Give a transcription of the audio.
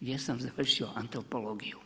gdje sam završio antropologiju.